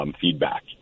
feedback